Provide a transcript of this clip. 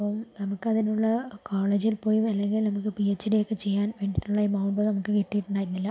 അപ്പോൾ നമുക്ക് അതിനുള്ള കോളേജിൽ പോയി അല്ലെങ്കിൽ നമുക്ക് പിഹെച്ഡി ഒക്കെ ചെയ്യാൻ വേണ്ടീട്ട് ഉള്ള എമൗണ്ട് നമുക്ക് കിട്ടിട്ടുണ്ടായിരുന്നില്ല